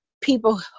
people